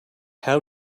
how